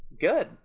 good